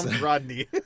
Rodney